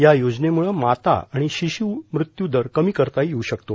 या योजनेमुळं माता आणि शिशु मृत्यू दर कमी करता येऊ शकतो